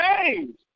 change